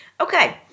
Okay